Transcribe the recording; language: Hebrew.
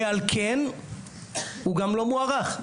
ועל כן הוא גם לא מוערך.